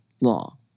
law